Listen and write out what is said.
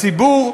הציבור.